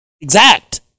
exact